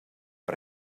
per